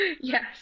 Yes